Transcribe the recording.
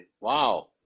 Wow